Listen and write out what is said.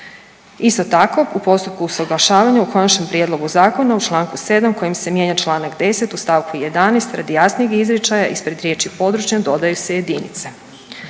Isto tako u postupku usuglašavanja u konačnom prijedlogu zakona u čl. 7 kojim se mijenja čl. 10 u st. 11, radi jasnijeg izričaja ispred riječi „područne“, dodaju se „jedinice“.